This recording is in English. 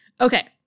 Okay